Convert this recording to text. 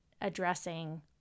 addressing